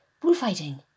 Bullfighting